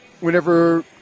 whenever